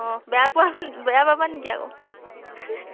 অ' বেয়া পোৱা বেয়া পাবা নেকি আকৌ